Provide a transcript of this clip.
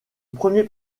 premier